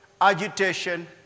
agitation